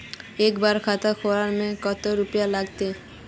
एक बार खाता खोले में कते रुपया लगते?